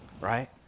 right